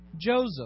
Joseph